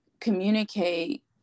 communicate